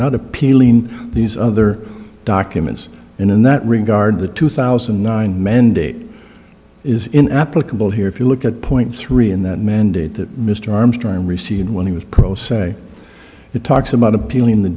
not appealing these other documents and in that regard the two thousand and nine mandate is in applicable here if you look at point three in that mandate that mr armstrong received when he was pro se it talks about appealing the